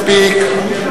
מספיק.